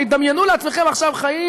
דמיינו לעצמכם עכשיו חיים